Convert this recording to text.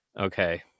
okay